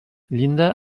llinda